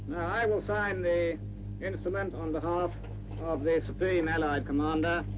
i will sign the instrument on behalf of the supreme allied commander,